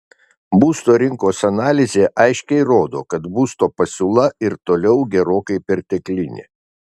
būsto rinkos analizė aiškiai rodo kad būsto pasiūla ir toliau gerokai perteklinė